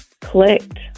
clicked